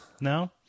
No